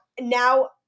now